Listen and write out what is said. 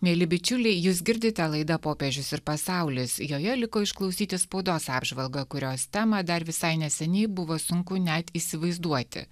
mieli bičiuliai jūs girdite laidą popiežius ir pasaulis joje liko išklausyti spaudos apžvalgą kurios temą dar visai neseniai buvo sunku net įsivaizduoti